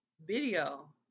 video